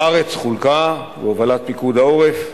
הארץ חולקה, בהובלת פיקוד העורף,